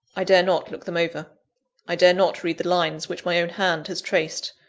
i dare not look them over i dare not read the lines which my own hand has traced.